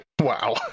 wow